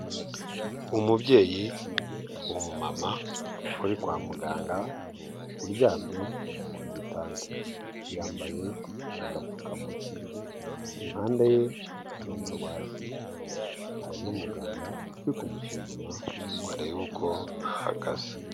Umubyeyi w'umumama uri kwa muganga uryamye ku gitanda, yambaye agapfukamunwa, impanda ye hari umurwaza hari n'umuganga uri kumusuzuma ngo arebe uko ahagaze.